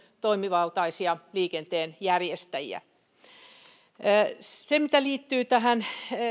toimivaltaisia liikenteenjärjestäjiä se mitä liittyy tähän